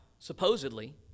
supposedly